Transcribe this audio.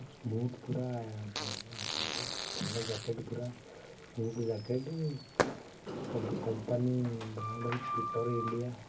smooth ପୁରା ବହୁତ ଭଲ ଜ୍ୟାକେଟ୍ ପୁରା ସ୍ମୁଥ୍ ଜ୍ୟାକେଟ୍ କମ୍ପାନୀ ବ୍ରାଣ୍ଡ ହେଉଛି ପିଟର୍ ଇଣ୍ଡିଆ